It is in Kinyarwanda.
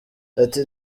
ati